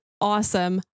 awesome